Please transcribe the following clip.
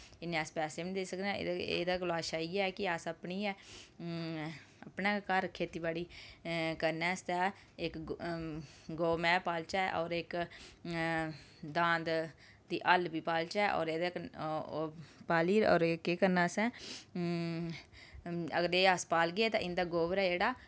इंया अस पैसा बी नेईं देई सकने न एह्दे कोला अच्छा इयै कि अपने घर खेती बाड़ी करने आस्तै इक्क गौऽ मैंह् पालचै होर इक्क दांद ते हल बी पालचै होर एह्दे कन्नै पालियै होर केह् करना असें अगर एह् पालगे ते एह्दा गोबर जेह्ड़ा